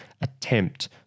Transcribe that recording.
attempt